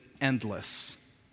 endless